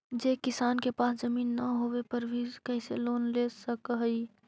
जे किसान के पास जमीन न होवे पर भी कैसे लोन ले सक हइ?